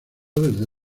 desde